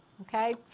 okay